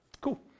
Cool